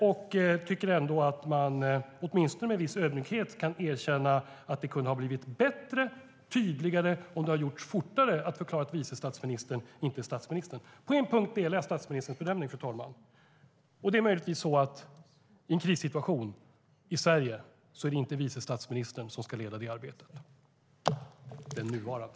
Jag tycker ändå att man åtminstone med en viss ödmjukhet kan erkänna att det kunde ha blivit bättre och tydligare om man fortare hade förklarat att vice statsministern inte går in för statsministern. På en punkt delar jag statsministerns bedömning. Det är möjligtvis så att i en krissituation i Sverige är det inte den nuvarande vice statsministern som ska leda det arbetet.